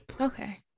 okay